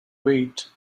wait